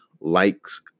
likes